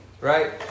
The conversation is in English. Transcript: right